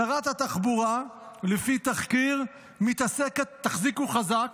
שרת התחבורה, לפי תחקיר, תחזיקו חזק,